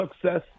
success